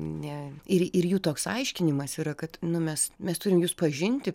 ne ir ir jų toks aiškinimas yra kad nu mes mes turim jus pažinti